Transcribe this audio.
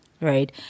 Right